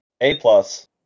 A-plus